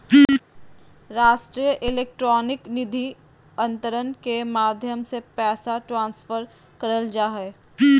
राष्ट्रीय इलेक्ट्रॉनिक निधि अन्तरण के माध्यम से पैसा ट्रांसफर करल जा हय